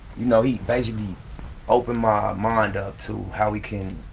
you know he basically opened my mind up to how we can,